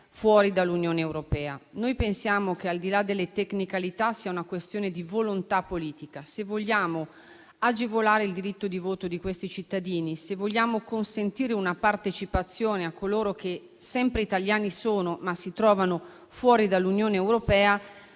fuori dall'Unione europea. Noi pensiamo che, al di là delle tecnicalità, sia una questione di volontà politica: se vogliamo agevolare il diritto di voto di questi cittadini, se vogliamo consentire una partecipazione a coloro che sono sempre italiani, ma si trovano fuori dall'Unione europea,